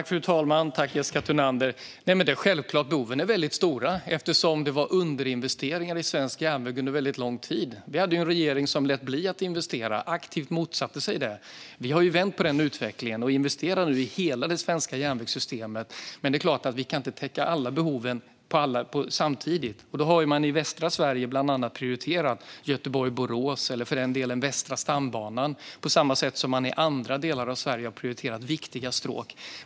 Fru talman! Behoven är självklart väldigt stora eftersom det underinvesterades i svensk järnväg under lång tid. Vi hade en regering som lät bli att investera och aktivt motsatte sig det. Vi har vänt på den utvecklingen och investerar nu i hela det svenska järnvägssystemet. Men vi kan inte täcka alla behov samtidigt, och då har man i västra Sverige prioriterat bland annat Göteborg-Borås och Västra stambanan, på samma sätt som man i andra delar av Sverige har prioriterat viktiga stråk.